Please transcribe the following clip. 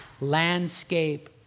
landscape